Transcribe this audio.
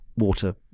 Water